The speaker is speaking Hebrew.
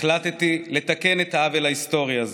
החלטתי לתקן את העוול ההיסטורי הזה.